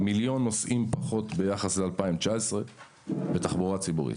מיליון נוסעים פחות ביחס ל-2019 בתחבורה ציבורית.